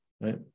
right